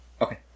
Okay